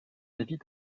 évite